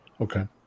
Okay